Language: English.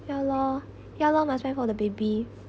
ya lor ya lor must spend for the baby